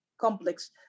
complex